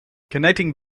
connecting